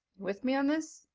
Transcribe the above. with me on this.